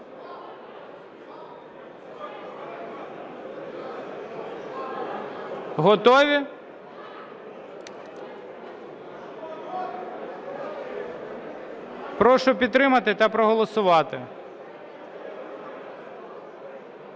Прошу підтримати та проголосувати.